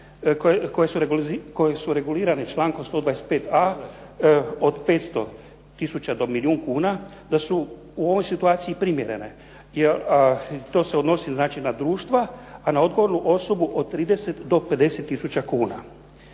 koje su regulirane člankom 125a. od 500 tisuća do milijun kuna da su u ovoj situaciji primjerene jer to se odnosi znači na društva a na odgovornu osobu od 30 do 50 tisuća kuna.